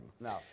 No